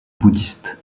bouddhiste